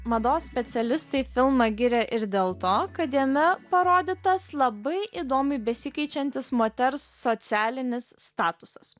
mados specialistai filmą giria ir dėl to kad jame parodytas labai įdomiai besikeičiantis moters socialinis statusas